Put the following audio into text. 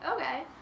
Okay